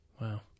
Wow